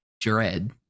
dread